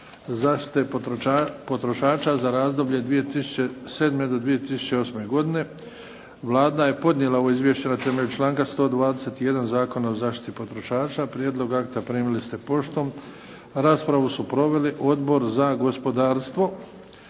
zaštite potrošača za razdoblje 2007. – 2008.“ Vlada je podnijela ovo Izvješće na temelju članka 121. Zakona o zaštiti potrošača. Prijedlog akta primili ste poštom. Raspravu su proveli Odbor za gospodarstvo.